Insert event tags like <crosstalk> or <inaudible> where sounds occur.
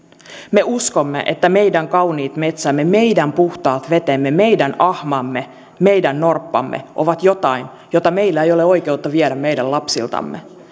me uskomme että meidän kauniit metsämme meidän puhtaat vetemme meidän ahmamme meidän norppamme ovat jotain jota meillä ei ole oikeutta viedä meidän lapsiltamme <unintelligible>